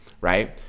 right